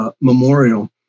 memorial